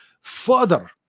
further